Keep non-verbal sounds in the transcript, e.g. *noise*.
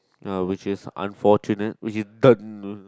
uh which is unfortunate which is *noise*